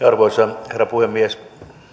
arvoisa herra puhemies